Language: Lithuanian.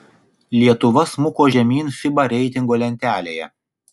lietuva smuko žemyn fiba reitingo lentelėje